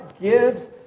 gives